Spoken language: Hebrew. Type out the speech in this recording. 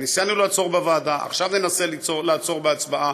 ניסינו לעצור בוועדה, ועכשיו ננסה לעצור בהצבעה.